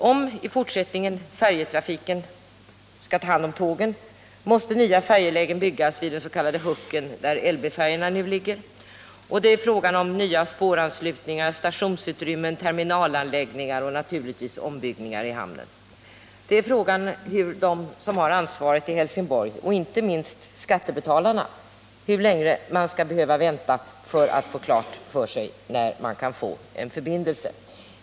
Om färjetrafiken i fortsättningen skall ta hand om tågen måste nya färjelägen byggas vid den s.k. Hucken där LB-färjorna nu ligger. Det blir fråga om nya spåranslutningar, stationsutrymmen, terminalanläggningar och naturligtvis ombyggnader i hamnen. Frågan är hur länge de som har ansvaret i Helsingborg och — inte minst — skattebetalarna skall behöva vänta för att få klart för sig när en förbindelse kan komma till stånd.